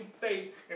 faith